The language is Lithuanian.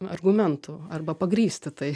argumentų arba pagrįsti tai